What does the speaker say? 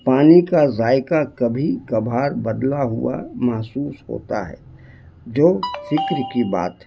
پانی کا ذائقہ کبھی کبھار بدلا ہوا محسوس ہوتا ہے جو فکر کی بات